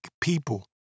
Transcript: people